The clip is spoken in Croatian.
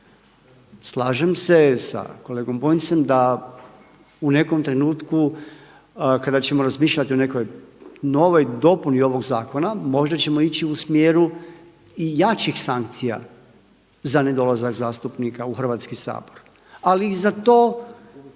Slažem se sa kolegom Bunjcem, da u nekom trenutku kada ćemo razmišljati o nekoj novoj dopuni ovog zakona možda ćemo ići u smjeru i jačih sankcija za nedolazak zastupnika u Hrvatski sabor ali i za to